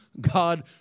God